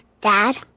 Dad